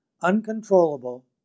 uncontrollable